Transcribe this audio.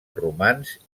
romans